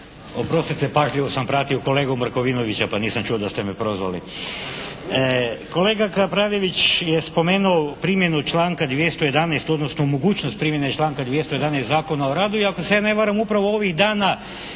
Oprostite, pažljivo sam pratio kolegu Markovinovića pa nisam čuo da ste me prozvali. Kolega Kapraljević je spomenuo primjenu članka 211. odnosno mogućnost primjene članka 211. Zakona o radu i ako se ja ne varam upravo ovih dana